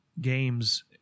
games